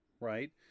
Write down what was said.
right